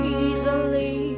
easily